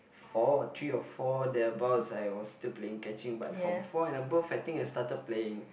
four or three or four thereabouts I was still playing catching but from four and above I think I started playing